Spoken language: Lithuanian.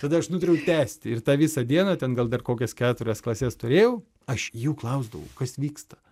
tada aš nutariau tęsti ir tą visą dieną ten gal dar kokias keturias klases turėjau aš jų klausdavau kas vyksta